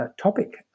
topic